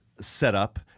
setup